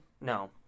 No